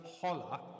Holla